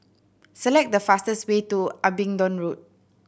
select the fastest way to Abingdon Road